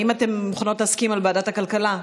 האם אתן מוכנות להסכים על ועדת הכלכלה?